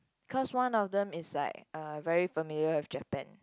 cause one of them is like uh very familiar with Japan